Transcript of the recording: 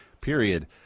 period